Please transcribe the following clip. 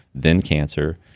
then cancer,